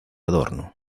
adorno